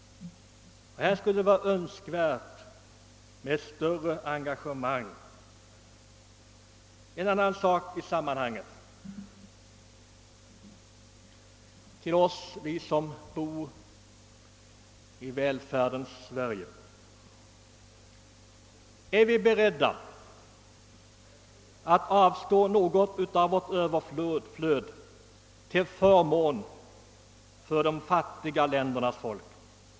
Här skulle det vara önskvärt med ett större engagemang. Är vi som bor i välståndets Sverige beredda att avstå något av vårt överflöd till förmån för de fattiga ländernas folk?